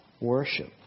worship